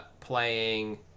playing